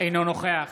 אינו נוכח